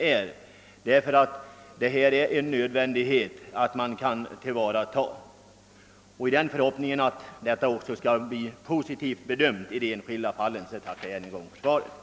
Det är alldeles nödvändigt att tillvarata denna arbetskraft I förhoppning om att denna fråga kommer 'att bli positivt bedömd i de praktiska fallen tackar jag än en gång för svaret.